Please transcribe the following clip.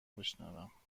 بشنوم